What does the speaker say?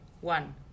One